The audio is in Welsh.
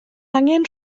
angen